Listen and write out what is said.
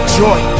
joy